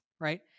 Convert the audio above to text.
right